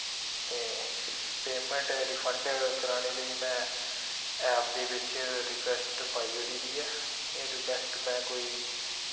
ते payment refund कराने लेई मैं एप्प दे बिच रिक्वेस्ट पाई ओड़ी दी ऐ एह् रिक्वेस्ट में कोई